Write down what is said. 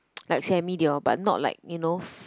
like Sammy they all but not like you know f~